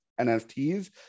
nfts